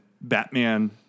Batman